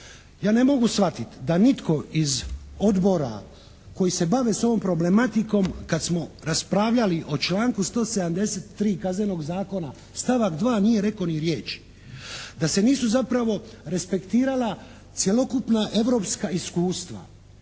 Ja ne mogu shvatiti da nitko iz odbora koji se bave s ovom problematikom kad smo raspravljali o članku 173. Kaznenog zakona stavak 2. nije rekao ni riječi. Da se nisu zapravo respektirala cjelokupna europska iskustva.